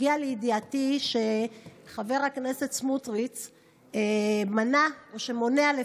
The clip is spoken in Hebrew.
הגיע לידיעתי שחבר הכנסת סמוטריץ' מונע את